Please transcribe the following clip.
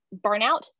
burnout